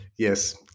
Yes